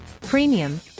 premium